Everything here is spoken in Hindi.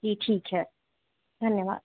जी ठीक है धन्यवाद